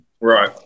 right